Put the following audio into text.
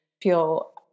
feel